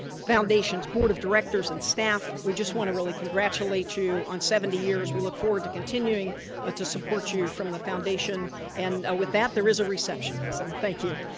foundation's board of directors and staff, we just want to really congratulate you on seventy years. we look forward to continuing ah to support you from the foundation and with that there is a reception. so thank you.